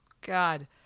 God